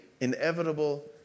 Inevitable